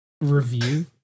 review